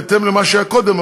בהתאם למה שהיה קודם,